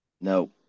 No